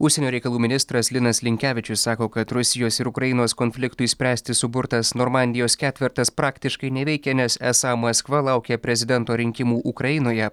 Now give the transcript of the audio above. užsienio reikalų ministras linas linkevičius sako kad rusijos ir ukrainos konfliktui išspręsti suburtas normandijos ketvertas praktiškai neveikia nes esą maskva laukia prezidento rinkimų ukrainoje